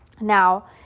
Now